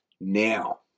now